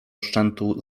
szczętu